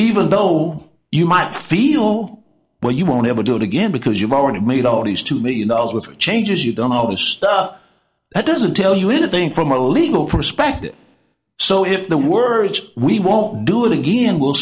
even though you might feel well you won't ever do it again because you've already made all these two million dollars with changes you don't know stuff that doesn't tell you anything from a legal perspective so if the words we won't do it again will